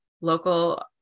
local